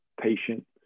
patient